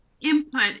input